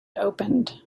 opened